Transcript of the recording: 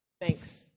Thanks